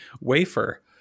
wafer